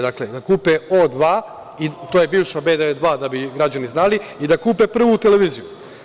Dakle, da kupe O2, to je bivša B92, da bi građani znali, i da kupe Prvu televiziju.